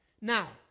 Now